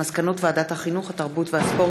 הכללת התקנות התקציביות בחוק התקציב),